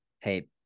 hey